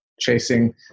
chasing